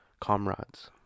comrades